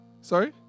Sorry